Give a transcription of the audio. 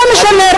לא משנה,